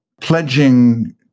pledging